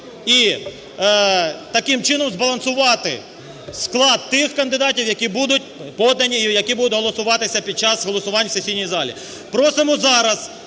і таким чином збалансувати склад тих кандидатів, які будуть подані і які будуть голосуватися під час голосувань в сесійній залі.